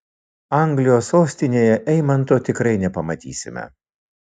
anglijos sostinėje eimanto tikrai nepamatysime